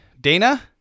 dana